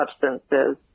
substances